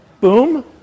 boom